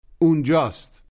Unjust